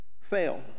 fail